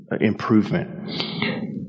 improvement